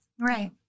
Right